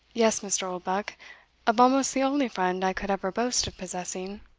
yes, mr. oldbuck of almost the only friend i could ever boast of possessing.